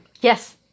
Yes